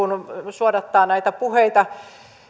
suodattaa näitä puheita